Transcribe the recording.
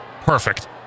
perfect